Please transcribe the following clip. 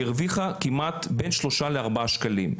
היא הרוויחה כמעט בין שלושה לארבעה שקלים.